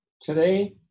Today